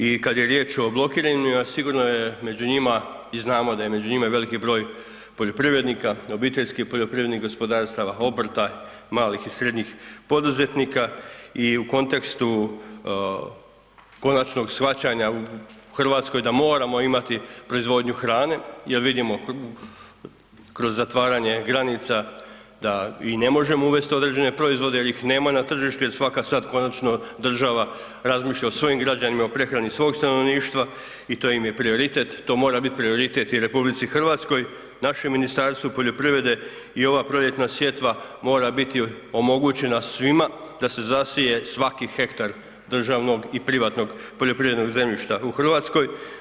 I kada je riječ o blokiranima sigurno je među njima i znamo da je među njima i veliki broj poljoprivrednika, OPG-a, obrta, malih i srednjih poduzetnika i u kontekstu konačnog shvaćanja u Hrvatskoj da moramo imati proizvodnju hrane jel vidimo kroz zatvaranje granica da i ne možemo uvesti određene proizvode jer ih nema na tržištu jer svaka sad konačno država razmišlja o svojim građanima o prehrani svog stanovništva i to im je prioritet, to mora biti prioritet i RH, našem Ministarstvu poljoprivrede i ova proljetna sjetva mora biti omogućena svima da se zasije svaki hektar državnog i privatnog poljoprivrednog zemljišta u Hrvatskoj.